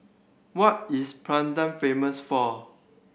what is Praia famous for